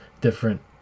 different